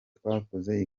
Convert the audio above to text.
twakoze